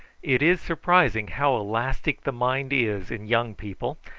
it is surprising how elastic the mind is in young people,